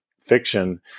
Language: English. fiction